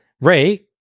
Ray